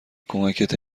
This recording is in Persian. کمکت